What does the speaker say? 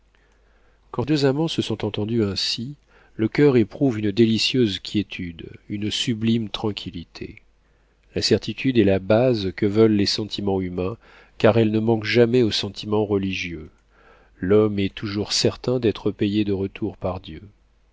quand deux amants se sont entendus ainsi le coeur éprouve une délicieuse quiétude une sublime tranquillité la certitude est la base que veulent les sentiments humains car elle ne manque jamais au sentiment religieux l'homme est toujours certain d'être payé de retour par dieu